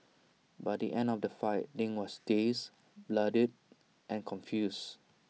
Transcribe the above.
by the end of the fight ding was dazed bloodied and confused